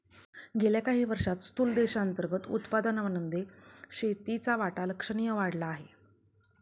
गेल्या काही वर्षांत स्थूल देशांतर्गत उत्पादनामध्ये शेतीचा वाटा लक्षणीय वाढला आहे